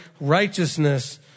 righteousness